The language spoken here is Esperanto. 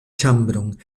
ĉambron